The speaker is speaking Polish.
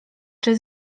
czy